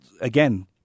again